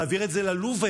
נעביר את זה ללובר.